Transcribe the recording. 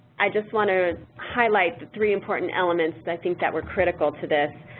i just want to highlight three important elements that i think that were critical to this.